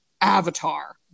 Avatar